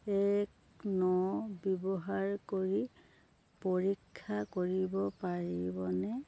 এক ন ব্যৱহাৰ কৰি পৰীক্ষা কৰিব পাৰিবনে